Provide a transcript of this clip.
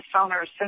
owners